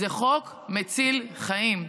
זה חוק מציל חיים.